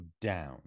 down